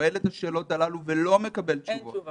שואל את השאלות הללו ולא מקבל תשובות.